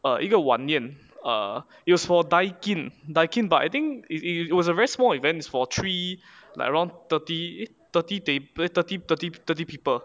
err 一个晚宴 it was for Daikin Daikin but I think it was a very small event it was for three like around thirty thirty play thirty thirty thirty people